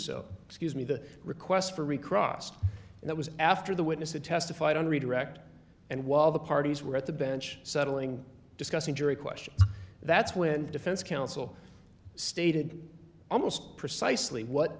so excuse me the request for recrossed and that was after the witnesses testified on redirect and while the parties were at the bench settling discussing jury questions that's when defense counsel stated almost precisely what